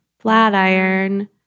Flatiron